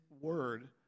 word